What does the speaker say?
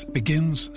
begins